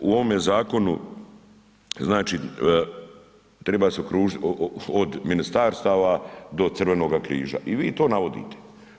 U ovome zakonu znači treba se okružiti od ministarstava, do Crvenoga križa i vi to navodite.